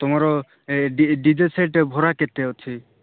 ତମର D J set ଭଡ଼ା କେତେ ଅଛି